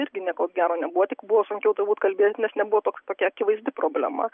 irgi nieko gero nebuvo tik buvo sunkiau turbūt kalbėt nes nebuvo toks tokia akivaizdi problema